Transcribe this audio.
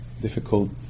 difficult